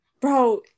Bro